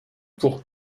pour